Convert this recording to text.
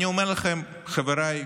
אני אומר לכם, חבריי,